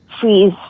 freeze